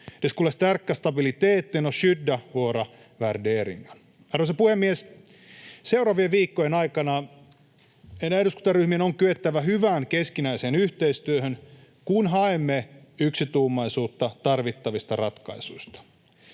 skulle stärka stabiliteten och skydda våra värderingar. Arvoisa puhemies! Seuraavien viikkojen aikana meidän eduskuntaryhmien on kyettävä hyvään keskinäiseen yhteistyöhön, kun haemme yksituumaisuutta tarvittavista ratkaisuista.